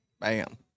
Bam